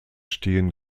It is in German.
stehen